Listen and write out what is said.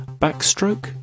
Backstroke